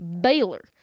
Baylor